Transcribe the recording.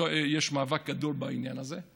יש מאבק גדול בעניין הזה,